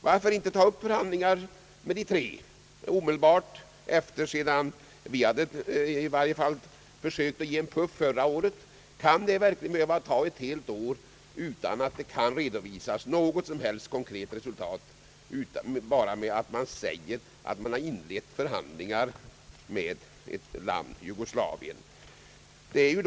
Varför inte ta upp förhandlingar med de tre? Vi försökte ge en puff förra året. Kan det verkligen behöva ta ett helt år utan att det kan redovisas något som helst konkret resultat i det man bara säger att man har inlett förhandlingar med ett land, Jugoslavien.